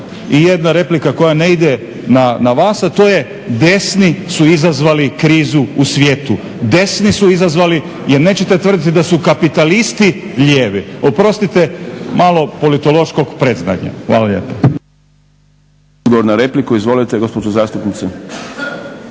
I jedna replika koja ne ide na vas, a to je desni su izazvali krizu u svijetu. Desni su izazvali jer nećete tvrditi da su kapitalisti lijevi. Oprostite, malo politološkog predznanja. Hvala lijepa.